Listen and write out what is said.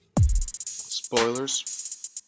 Spoilers